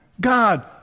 God